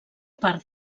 part